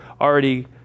already